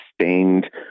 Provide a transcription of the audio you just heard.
sustained